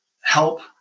help